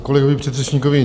Ke kolegovi předřečníkovi.